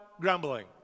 grumbling